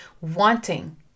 wanting